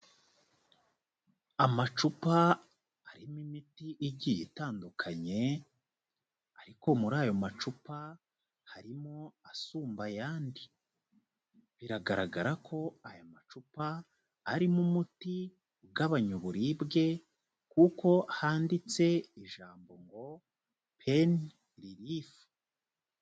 Amacupa arimo imiti igiye itandukanye, ariko muri ayo macupa harimo asumba ayandi, biragaragara ko aya macupa arimo umuti ugabanya uburibwe, kuko handitse ijambo ngo "Pain Relief".